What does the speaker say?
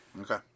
Okay